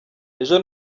ejo